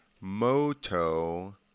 Moto